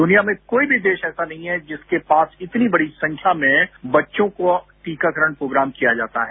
दुनिया में कोई भी देश ऐसा नहीं है जिसके पास इतनी बड़ी संख्या में बच्चों को टीकाकरण प्रोग्राम किया जाता है